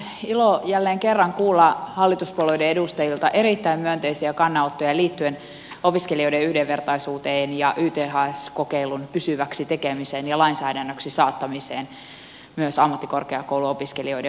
on ollut ilo jälleen kerran kuulla hallituspuolueiden edustajilta erittäin myönteisiä kannanottoja liittyen opiskelijoiden yhdenvertaisuuteen ja yths kokeilun pysyväksi tekemiseen ja lainsäädännöksi saattamiseen myös ammattikorkeakouluopiskelijoiden osalta